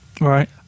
Right